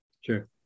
Sure